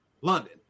London